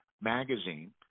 Magazine